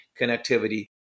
connectivity